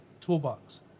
toolbox